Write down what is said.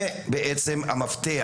זה בעצם המפתח.